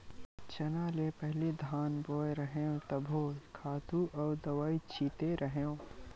चना ले पहिली धान बोय रेहेव तभो खातू अउ दवई छिते रेहेव